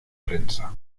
prensa